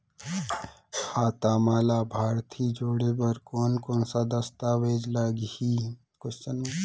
खाता म लाभार्थी जोड़े बर कोन कोन स दस्तावेज लागही?